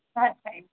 હા સાહેબ